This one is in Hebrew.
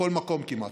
בכל מקום כמעט,